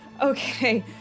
Okay